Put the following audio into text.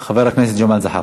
חבר הכנסת ג'מאל זחאלקה.